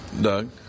Doug